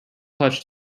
clutch